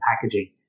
packaging